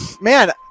man